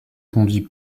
conduit